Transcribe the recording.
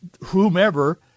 whomever